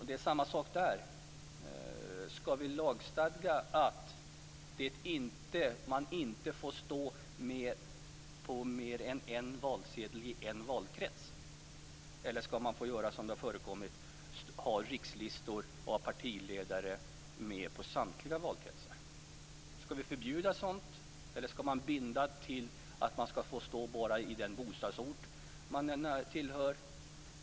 Det är samma sak här: Skall vi lagstadga att man inte får stå med på fler än en valsedel i en valkrets? Eller skall man få göra som det har förekommit: ha rikslistor med partiledarens namn i samtliga valkretsar? Skall vi förbjuda sådant, eller skall man bara få stå med på en valsedel i den ort där man bor?